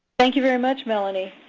thank you very much, melanie.